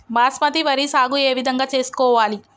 బాస్మతి వరి సాగు ఏ విధంగా చేసుకోవాలి?